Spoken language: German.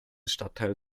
stadtteil